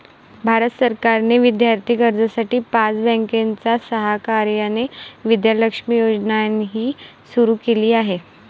भारत सरकारने विद्यार्थी कर्जासाठी पाच बँकांच्या सहकार्याने विद्या लक्ष्मी योजनाही सुरू केली आहे